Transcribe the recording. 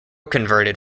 converted